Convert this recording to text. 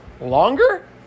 longer